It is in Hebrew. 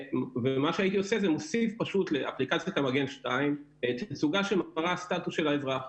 ומה שהייתי עושה זה פשוט לאפליקציית המגן 2 תצוגה שמראה סטטוס של האזרח.